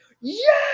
yes